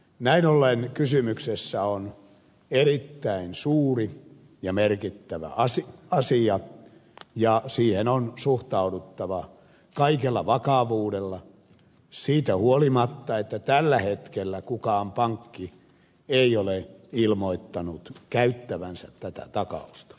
näin ollen kysymyksessä on erittäin suuri ja merkittävä asia ja siihen on suhtauduttava kaikella vakavuudella siitä huolimatta että tällä hetkellä mikään pankki ei ole ilmoittanut käyttävänsä tätä takausta